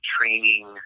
training